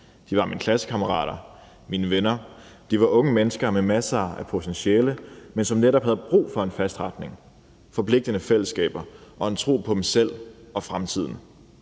De var mine klassekammerater, mine venner. De var unge mennesker med masser af potentiale, men havde netop brug for en fast retning, forpligtende fællesskaber og en tro på sig selv og fremtiden.